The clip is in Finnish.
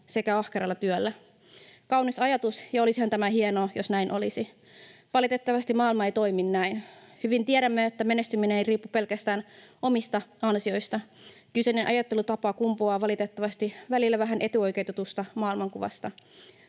sekä ahkeralla työllä. Kaunis ajatus, ja olisihan tämä hienoa, jos näin olisi. Valitettavasti maailma ei toimi näin. Hyvin tiedämme, että menestyminen ei riipu pelkästään omista ansioista. Kyseinen ajattelutapa kumpuaa valitettavasti välillä vähän etuoikeutetusta maailmankuvasta.